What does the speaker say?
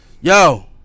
Yo